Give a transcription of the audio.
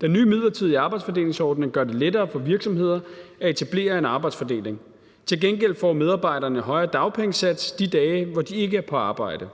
Den nye midlertidige arbejdsfordelingsordning gør det lettere for virksomheder at etablere en arbejdsfordeling. Til gengæld får medarbejderne højere dagpengesats de dage, hvor de ikke er på arbejde.